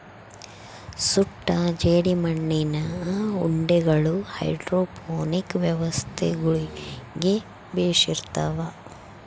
ಸುಟ್ಟ ಜೇಡಿಮಣ್ಣಿನ ಉಂಡಿಗಳು ಹೈಡ್ರೋಪೋನಿಕ್ ವ್ಯವಸ್ಥೆಗುಳ್ಗೆ ಬೆಶಿರ್ತವ